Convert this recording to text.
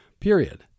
period